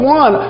one